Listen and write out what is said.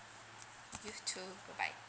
you too bye bye